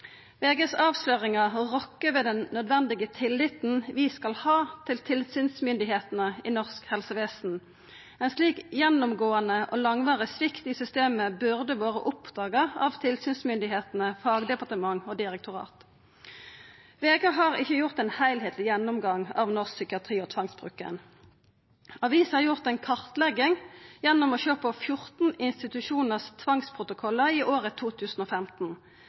ved den nødvendige tilliten vi skal ha til tilsynsmyndigheitene i norsk helsevesen. Ein slik gjennomgåande og langvarig svikt i systemet burde vore oppdaga av tilsynsmyndigheitene, fagdepartementet og direktoratet. VG har ikkje gjort ein heilskapleg gjennomgang av norsk psykiatri og tvangsbruken. Avisa har gjort ei kartlegging gjennom å sjå på tvangsprotokollane frå 14 institusjonar for året 2015.